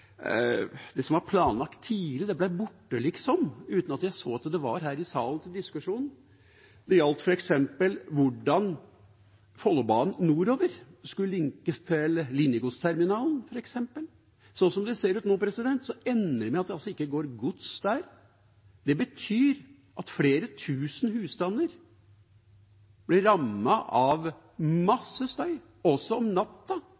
som var planlagt tidlig, ble liksom borte, uten at jeg så at det var til diskusjon her i salen. Det gjaldt f.eks. hvordan Follobanen nordover skulle linkes til linjegodsterminalen. Sånn det ser ut nå, ender det med at det ikke går gods der. Det betyr at flere tusen husstander blir rammet av masse støy, kanskje også om natta,